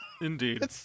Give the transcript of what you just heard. Indeed